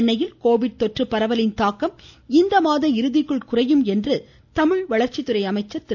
சென்னையில் கோவிட் தொற்று பரவலின் தாக்கம் இம்மாத இறுதிக்குள் குறையும் என தமிழ்வளர்ச்சித்துறை அமைச்சர் திரு